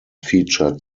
featured